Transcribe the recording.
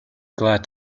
glad